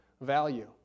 value